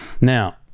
Now